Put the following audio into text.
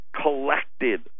collected